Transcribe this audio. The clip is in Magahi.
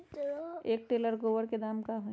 एक टेलर गोबर के दाम का होई?